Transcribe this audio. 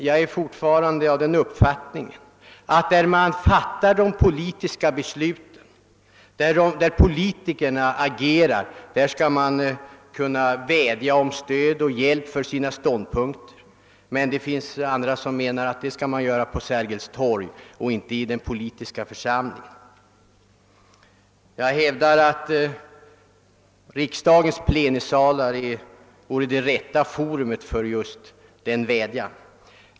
Jag har fortfarande den uppfattningen att där man fattar de politiska besluten, där skall man också söka stöd för sina ståndpunkter. Andra tycks mena att det skall ske på Sergels torg. Riksdagens plenisalar borde — enligt mitt sätt att se — vara rätt forum för just denna vädjan.